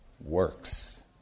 works